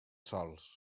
sols